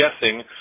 guessing